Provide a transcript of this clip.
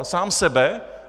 Sám sebe?